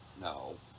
No